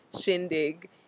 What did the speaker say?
shindig